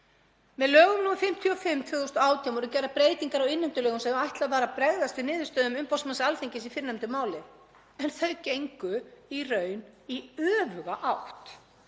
Með lögum nr. 55/2018 voru gerðar breytingar á innheimtulögum sem ætlað var að bregðast við niðurstöðum umboðsmanns Alþingis í fyrrnefndu máli en þau gengu í raun í öfuga átt.